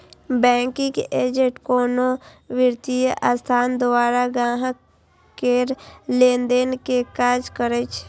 banking agent कोनो वित्तीय संस्थान द्वारा ग्राहक केर लेनदेन के काज करै छै